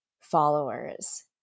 followers